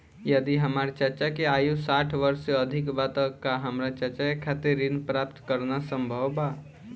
यदि हमार चाचा के आयु साठ वर्ष से अधिक बा त का हमार चाचा के खातिर ऋण प्राप्त करना संभव बा?